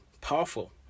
powerful